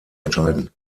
entscheiden